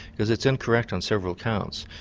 because it's incorrect on several counts.